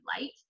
light